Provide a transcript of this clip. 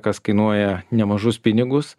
kas kainuoja nemažus pinigus